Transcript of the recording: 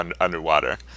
underwater